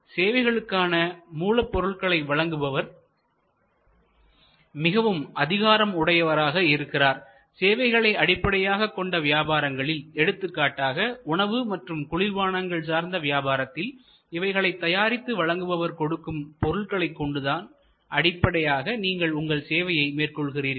மேலும் சேவைகளுக்கான மூலப்பொருட்களை வழங்குபவர் மிக அதிகாரம் உடையவராக இருக்கிறார் சேவைகளை அடிப்படையாகக்கொண்ட வியாபாரங்களில் எடுத்துக்காட்டாக உணவு மற்றும் குளிர்பானங்கள் சார்ந்த வியாபாரத்தில் இவைகளை தயாரித்து வழங்குபவர் கொடுக்கும் பொருள்களைக் கொண்டுதான் அடிப்படையாக நீங்கள் உங்கள் சேவையை மேற்கொள்கிறார்கள்